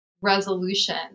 resolution